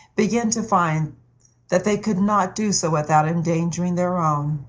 began to find that they could not do so without endangering their own.